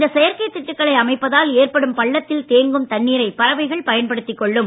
இந்த செயற்கைத் திட்டுகளை அமைப்பதால் ஏற்படும் பள்ளத்தில் தேங்கும் தண்ணீரை பறவைகள் பயன்படுத்திக் கொள்ளும்